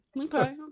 okay